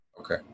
Okay